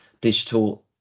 digital